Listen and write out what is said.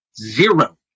Zero